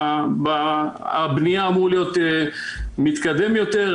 תקנות הבנייה אמורות להיות מתקדמות יותר,